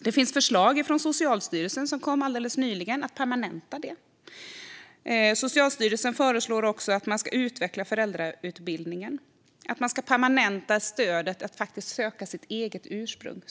Det finns förslag från Socialstyrelsen som kom alldeles nyligen om att permanenta detta. Socialstyrelsen föreslår också att man ska utveckla föräldrautbildningen och permanenta stödet för den som är adopterad att söka sitt eget ursprung.